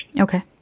Okay